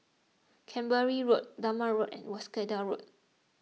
Canberra Road Dunman Road and Wolskel Road